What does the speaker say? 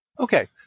Okay